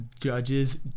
Judges